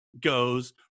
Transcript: goes